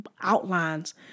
outlines